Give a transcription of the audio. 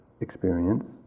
experience